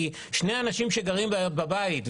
שני אנשים שגרים בבית,